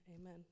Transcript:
amen